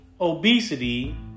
obesity